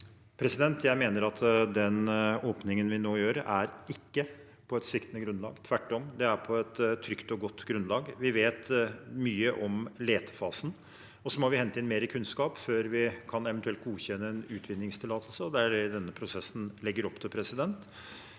Jeg mener at den åpningen vi nå gjør, ikke er på sviktende grunnlag. Tvert om, det er på et trygt og godt grunnlag. Vi vet mye om letefasen, og så må vi hente inn mer kunnskap før vi eventuelt kan godkjenne en utvinningstillatelse. Det er det denne prosessen legger opp til, og jeg